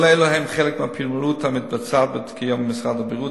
כל אלה הם חלק מהפעילות המתבצעת כיום במשרד הבריאות